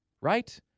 Right